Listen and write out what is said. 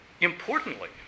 Importantly